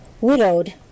Widowed